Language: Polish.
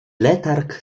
letarg